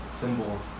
symbols